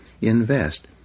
invest